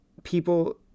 People